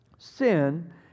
Sin